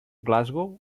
glasgow